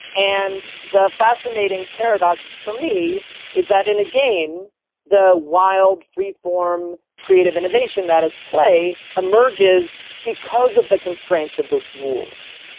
and the fascinating paradox for me is that in a game the wild, free-form, creative innovation that is play emerges because of the constraints of the rules.